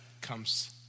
comes